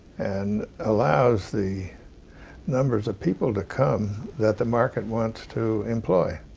and allows the numbers of people to come that the market wants to employ,